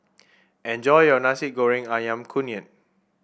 enjoy your Nasi Goreng ayam kunyit